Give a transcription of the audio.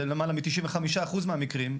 זה למעלה מ-95% מהמקרים,